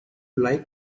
like